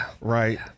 right